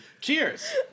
Cheers